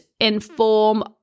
inform